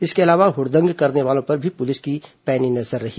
इसके अलावा हुडदंग करने वालों पर भी पुलिस की पैनी नजर रही